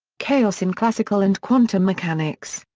chaos in classical and quantum mechanics.